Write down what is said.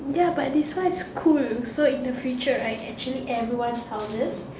ya but this one is cool so in the future right actually everyone house